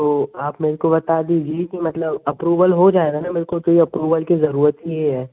तो आप मेरे को बता दीजिए कि मतलब अप्रूवल हो जाएगा ना मेरे को तो यह अप्रूवल की ज़रूरत ही है